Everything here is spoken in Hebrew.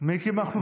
מיקי מכלוף זוהר.